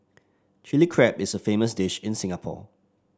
Chilli Crab is a famous dish in Singapore